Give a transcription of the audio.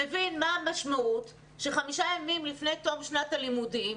מבין מה המשמעות שחמישה ימים לפני תום שנת הלימודים